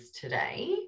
today